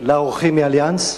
לאורחים מ"אליאנס".